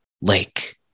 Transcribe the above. Lake